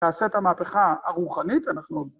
תעשה את המהפכה הרוחנית, אנחנו...